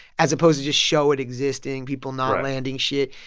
as opposed to just show it existing people not landing shit.